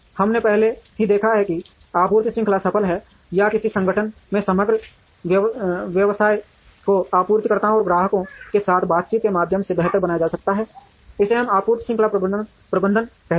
हमने पहले ही देखा है कि आपूर्ति श्रृंखला सफल है या किसी संगठन के समग्र व्यवसाय को आपूर्तिकर्ताओं और ग्राहकों के साथ बातचीत के माध्यम से बेहतर बनाया जा सकता है इसे हम आपूर्ति श्रृंखला प्रबंधन कहते हैं